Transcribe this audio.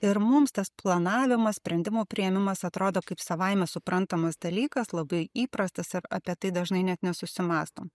ir mums tas planavimas sprendimų priėmimas atrodo kaip savaime suprantamas dalykas labai įprastas ir apie tai dažnai net nesusimąstom